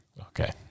Okay